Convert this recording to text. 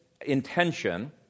intention